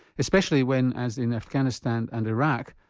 especially when as in afghanistan and iraq,